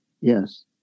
Yes